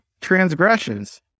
transgressions